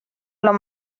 los